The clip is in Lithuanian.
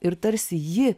ir tarsi ji